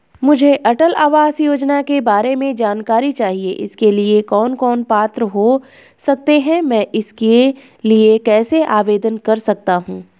मुझे अटल आवास योजना के बारे में जानकारी चाहिए इसके लिए कौन कौन पात्र हो सकते हैं मैं इसके लिए कैसे आवेदन कर सकता हूँ?